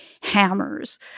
hammers